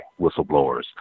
whistleblowers